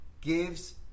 gives